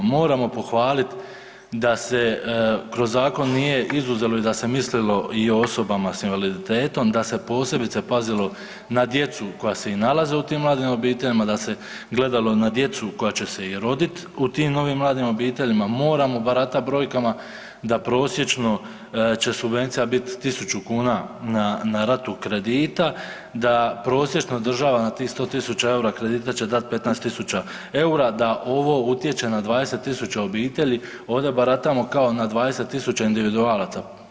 Moramo pohvalit da se kroz zakon nije izuzelo i da se mislilo i o osobama sa invaliditetom, da se posebice pazilo na djecu koja se i nalaze u tim mladim obiteljima, da se gledalo na djecu koja će i roditi u tim novim mladim obiteljima, moramo baratat brojkama da prosječno će subvencija biti 1000 kuna na ratu kredita, da prosječno država na tih 100 tisuća eura kredita će dati 15 tisuća eura, da ovo utječe na 20 tisuća obitelji, ovdje baratamo kao na 20 tisuća individualaca.